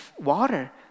water